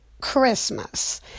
Christmas